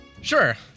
Sure